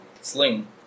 sling